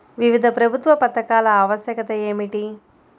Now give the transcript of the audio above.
వివిధ ప్రభుత్వ పథకాల ఆవశ్యకత ఏమిటీ?